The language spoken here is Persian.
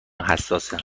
حساسه